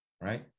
right